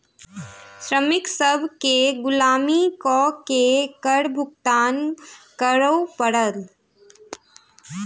श्रमिक सभ केँ गुलामी कअ के कर भुगतान करअ पड़ल